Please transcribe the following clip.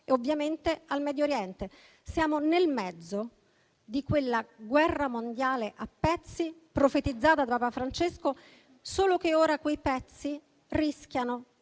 e ovviamente al Medio Oriente. Siamo nel mezzo di quella guerra mondiale a pezzi profetizzata da Papa Francesco, solo che ora quei pezzi rischiano